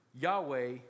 Yahweh